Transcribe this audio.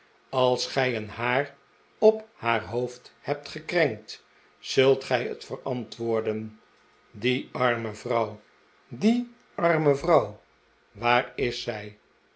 als gij een haar op haar hoofd hebt gekrenkt zult gij het verantwoorden die arme vrouw die arme vrouw waar is zij